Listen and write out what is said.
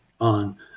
on